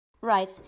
Right